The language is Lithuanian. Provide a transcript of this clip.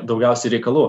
daugiausiai reikalų